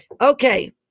Okay